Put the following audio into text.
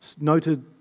Noted